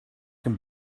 can